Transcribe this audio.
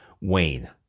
Wayne